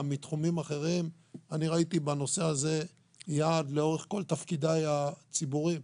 מתחומים אחרים ראיתי בנושא הזה יעד לאורך כל תפקידיי הציבוריים.